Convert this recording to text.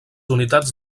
unitats